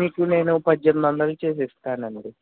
మీకు నేను పద్దెనిమిది వందలుకి చేసి ఇస్తానండి